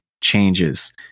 changes